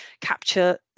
capture